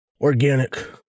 Organic